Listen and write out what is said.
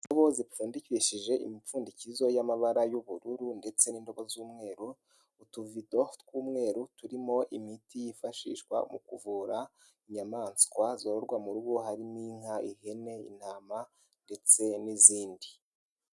Indobo zipfundikishije imipfundikizo y'amabara y'ubururu ndetse n'indobo z'umweru, utuvido tw'umweru turimo imiti yifashishwa mu kuvura inyamaswa zororwa mu rugo, harimo inka, ihene, intama ndetse n'izindi.